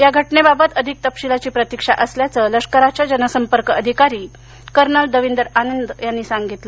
या घटनेबाबत अधिक तपशिलाची प्रतीक्षा असल्याचं लष्कराचे जनसंपर्क अधिकारी कर्नल दविंदर आनंद यांनी सांगितल